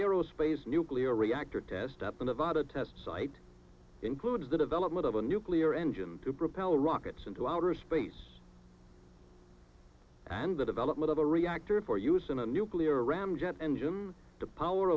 aerospace nuclear reactor test up in nevada test site includes the development of a nuclear engine to propel rockets into outer space and the development of a reactor for use in a nuclear ramjet engine the power